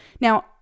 Now